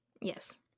Yes